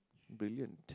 brilliant